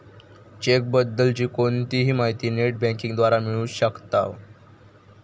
check बद्दल ची कोणतीही माहिती नेट बँकिंग द्वारा मिळू शकताव